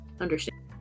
understand